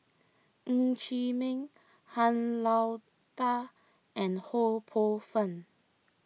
Ng Chee Meng Han Lao Da and Ho Poh Fun